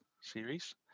series